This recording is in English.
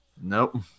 Nope